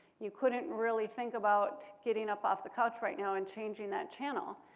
you couldn't really think about getting up off the couch right now and changing that channel.